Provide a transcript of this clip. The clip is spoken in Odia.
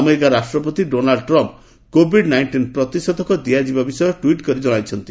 ଆମେରିକା ରାଷ୍ଟ୍ରପତି ଡୋନାଲ୍ଚ ଟ୍ରମ୍ପ କୋବିଡ ନାଇଷ୍ଟିନ୍ ପ୍ରତିଷେଧକ ଦିଆଯିବା ବିଷୟ ଟ୍ୱିଟ୍ କରି ଜଣାଇଛନ୍ତି